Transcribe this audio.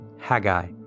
Haggai